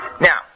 Now